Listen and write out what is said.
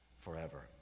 forever